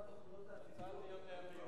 השאלה מה התוכניות העתידיות.